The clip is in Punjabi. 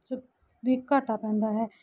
'ਚ ਵੀ ਘਾਟਾ ਪੈਂਦਾ ਹੈ